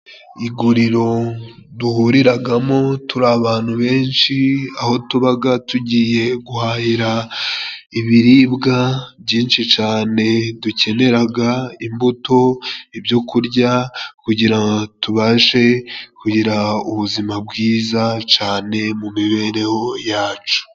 Iguriro duhuriragamo turi abantu benshi, aho tubaga tugiye guhahira ibiribwa byinshi cane dukeneraga. Imbuto, ibyokurya kugira tubashe kugira ubuzima bwiza cane mu mibereho yacu.